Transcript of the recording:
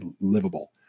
livable